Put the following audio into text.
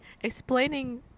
Explaining